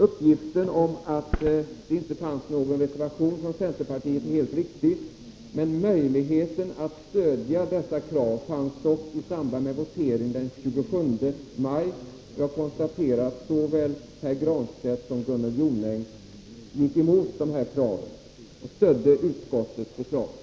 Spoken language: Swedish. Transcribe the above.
Uppgiften om att det inte fanns någon reservation från centerpartiet är helt riktig, men möjlighet att stödja dessa krav fanns dock i samband med voteringen den 27 maj. Jag konstaterar att såväl Pär Granstedt som Gunnel Jonäng gick mot dessa krav och stödde utskottets förslag.